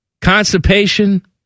constipation